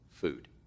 food